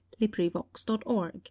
librivox.org